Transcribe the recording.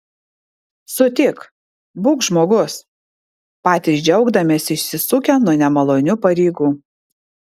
sutik būk žmogus patys džiaugdamiesi išsisukę nuo nemalonių pareigų